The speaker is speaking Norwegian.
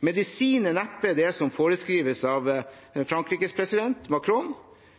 er neppe den som foreskrives av Frankrikes president Macron,